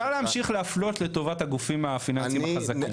-- אפשר להמשיך להפלות לטובת הגופים הפיננסים החזקים,